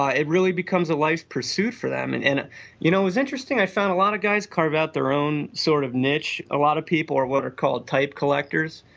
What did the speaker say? it really becomes a life pursuit for them. and and you know it's interesting i find a lot of guys carve out their own sort of niche. a lot of people are what are called type collectors.